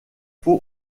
faut